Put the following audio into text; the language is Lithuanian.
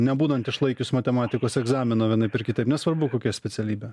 nebūnant išlaikius matematikos egzamino vienaip ar kitaip nesvarbu kokia specialybė